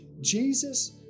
Jesus